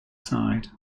side